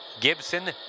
Gibson